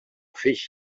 feix